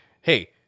Hey